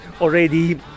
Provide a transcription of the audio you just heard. already